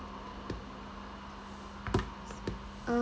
uh